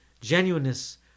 genuineness